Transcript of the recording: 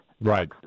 Right